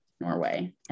Norway